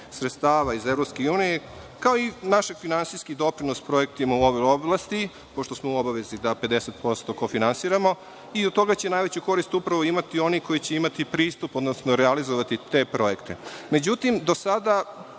sredstava iz EU, kao i naš finansijski doprinos projektima u ovoj oblasti, pošto smo u obavezi da 50% kofinansiramo i od toga će najveću korist upravo imati oni koji će imati pristup, odnosno realizovati te projekte. Do